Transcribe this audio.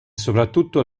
soprattutto